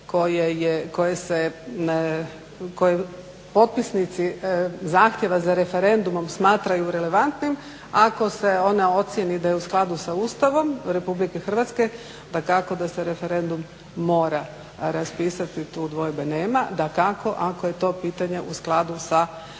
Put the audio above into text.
koje potpisnici zahtjeva za referendumom smatraju relevantnim, ako se ona ocijeni da je u skladu sa Ustavom Republike Hrvatske dakako da se referendum mora raspisati. Tu dvojbe nema, dakako ako je to pitanje u skladu sa Ustavom